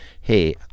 hey